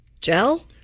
Gel